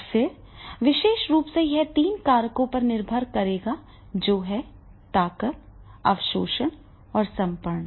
फिर फिर विशेष रूप से यह तीन कारकों पर निर्भर करेगा जो है ताक़त अवशोषण और समर्पण